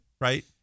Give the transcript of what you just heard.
right